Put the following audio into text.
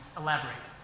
elaborate